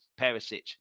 Perisic